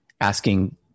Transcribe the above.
asking